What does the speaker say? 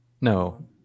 no